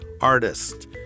artist